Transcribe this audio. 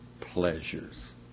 pleasures